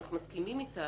שאנחנו מסכימים איתה,